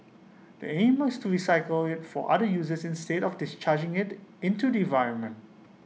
the aim is to recycle IT for other uses instead of discharging IT into the environment